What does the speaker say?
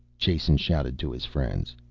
jason shouted to his friends.